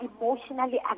emotionally